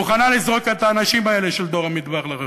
מוכנה לזרוק את האנשים האלה, של דור המדבר, לרחוב.